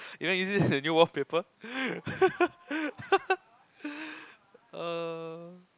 you want use this as a new wallpaper